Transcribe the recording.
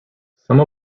some